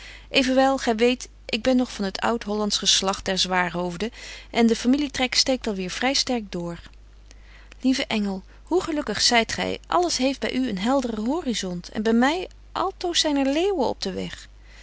evenwel gy weet ik ben nog van het oud betje wolff en aagje deken historie van mejuffrouw sara burgerhart hollandsch geslagt der zwaarhoofden en de familietrek steekt alweêr vry sterk door lieve engel hoe gelukkig zyt gy alles heeft by u een helderen horisont en by my altoos zyn er leeuwen op den weg